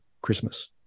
Christmas